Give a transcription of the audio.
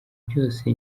byose